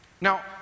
Now